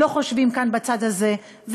לא חושבים כאן בצד הזה,